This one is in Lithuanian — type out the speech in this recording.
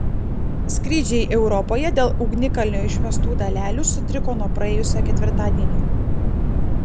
skrydžiai europoje dėl ugnikalnio išmestų dalelių sutriko nuo praėjusio ketvirtadienio